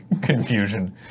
confusion